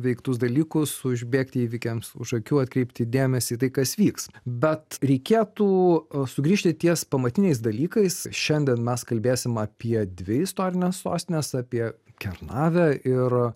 veiktus dalykus užbėgti įvykiams už akių atkreipti dėmesį į tai kas vyks bet reikėtų sugrįžti ties pamatiniais dalykais šiandien mes kalbėsim apie dvi istorines sostines apie kernavę ir